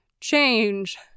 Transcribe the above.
change